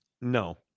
No